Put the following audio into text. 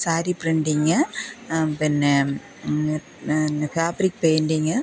sari printing പിന്നെ പിന്നെ fabric painting